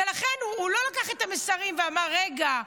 ולכן, הוא לא לקח את המסרים ואמר: רגע,